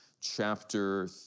chapter